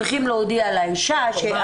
צריכים להודיע לאישה.